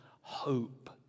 hope